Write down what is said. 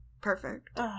Perfect